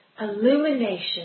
illumination